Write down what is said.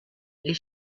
les